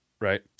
Right